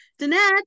Danette